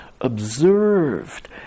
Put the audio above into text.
observed